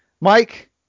Mike